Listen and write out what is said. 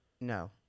No